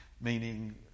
Meaning